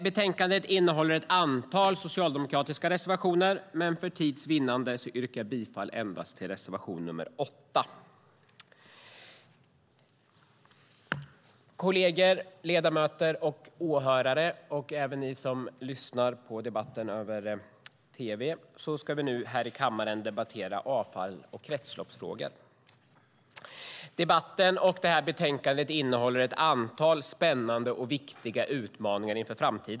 Betänkandet innehåller ett antal socialdemokratiska reservationer, men för tids vinnande yrkar jag bifall bara till reservation nr 8. Kolleger, ledamöter och åhörare här och framför tv:n! Vi ska som sagt debattera avfalls och kretsloppsfrågor. Debatten och betänkandet innehåller ett antal spännande och viktiga utmaningar.